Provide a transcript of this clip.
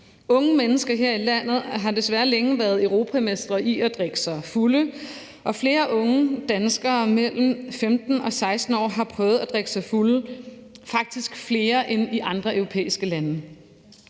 Unge menneske her i landet har desværre længe været europamestre i at drikke sig fulde, og flere unge danskere mellem 15 og 16 år har prøvet at drikke sig fulde, faktisk flere end i andre europæiske lande.